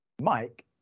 Mike